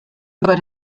über